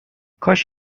کاش